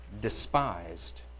despised